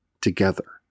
together